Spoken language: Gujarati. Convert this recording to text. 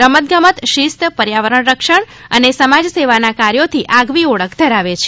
રમત ગમત શિસ્ત પર્યાવરણ રક્ષણ અને સમાજસેવાના કાર્યોથી આગવી ઓળખ ધરાવે છે